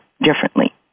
differently